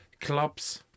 clubs